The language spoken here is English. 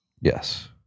yes